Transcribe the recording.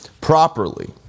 properly